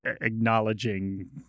acknowledging